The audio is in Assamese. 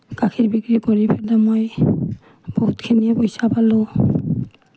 গাখীৰ বিক্ৰী কৰি পিনে মই বহুতখিনি পইচা পালোঁ